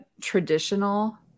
traditional